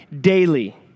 daily